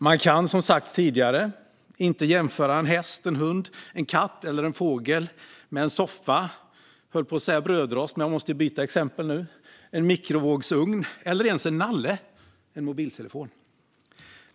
Man kan, som sagts tidigare, inte jämföra en häst, en hund, en katt eller en fågel med en soffa, en mikrovågsugn eller ens en "nalle", alltså en mobiltelefon.